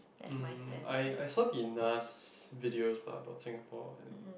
um I I saw the Nas videos lah about Singapore and